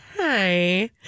Hi